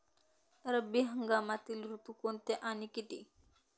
रब्बी हंगामातील ऋतू कोणते आणि किती?